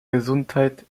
gesundheit